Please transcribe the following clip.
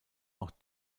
auch